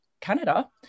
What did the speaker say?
Canada